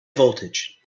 voltage